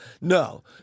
No